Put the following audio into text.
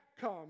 come